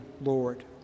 Lord